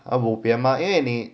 ah bo pian 吗因为你